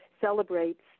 celebrates